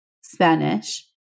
Spanish